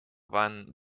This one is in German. van